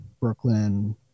brooklyn